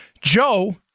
Joe